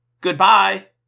Goodbye